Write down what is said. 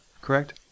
correct